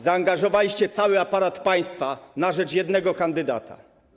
Zaangażowaliście cały aparat państwa na rzecz jednego kandydata.